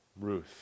Ruth